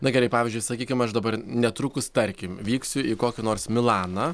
na gerai pavyzdžiui sakykim aš dabar netrukus tarkim vyksiu į kokią nors milaną